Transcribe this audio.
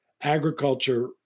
agriculture